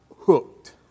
hooked